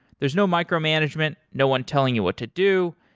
there's no micromanagement, no one telling you what to do.